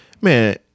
Man